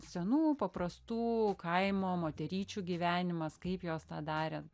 senų paprastų kaimo moteryčių gyvenimas kaip jos tą darė